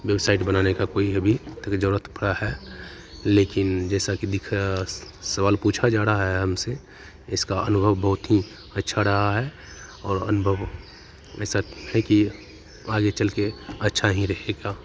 website बनाने का कोई अभी तक जरूरत पड़ा है लेकिन जैसा कि दिख सवाल पूछा जा रहा है हमसे इसका अनुभव बहुत ही अच्छा रहा है और अनुभव ऐसा है की आगे चलके अच्छा ही रहेगा